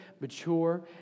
mature